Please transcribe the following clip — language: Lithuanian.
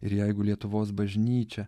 ir jeigu lietuvos bažnyčia